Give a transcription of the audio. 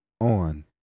on